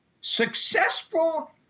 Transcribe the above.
successful